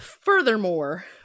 furthermore